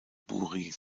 buri